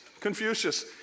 Confucius